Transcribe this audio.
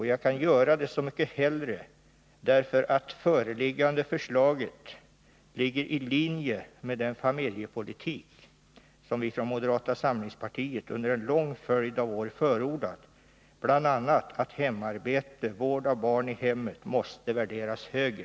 Jag gör det även därför att föreliggande förslag ligger i linje med den familjepolitik som vi från moderata samlingspartiet under en lång följd av år förordat. I den ingår bl.a. att hemarbete och vård av barn i hemmet måste värderas högre.